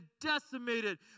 decimated